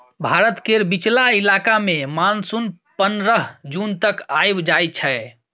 भारत केर बीचला इलाका मे मानसून पनरह जून तक आइब जाइ छै